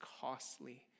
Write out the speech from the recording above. costly